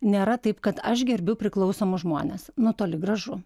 nėra taip kad aš gerbiu priklausomus žmones nu toli gražu